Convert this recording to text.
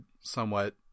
somewhat